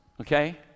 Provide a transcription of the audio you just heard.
okay